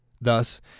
Thus